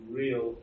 real